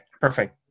perfect